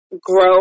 grow